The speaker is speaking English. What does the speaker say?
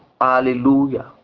Hallelujah